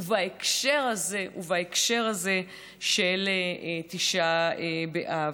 ובהקשר הזה של תשעה באב?